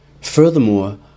Furthermore